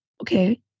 okay